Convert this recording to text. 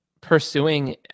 pursuing